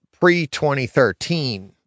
pre-2013